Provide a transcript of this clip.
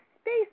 space